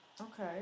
Okay